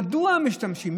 מדוע משתמשים?